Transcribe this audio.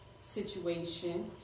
situation